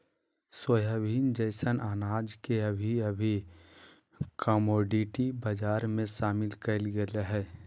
soybean जैसन अनाज के अभी अभी कमोडिटी बजार में शामिल कइल गेल हइ